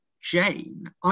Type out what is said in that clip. Jane